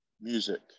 music